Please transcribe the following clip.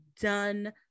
done